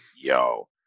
yo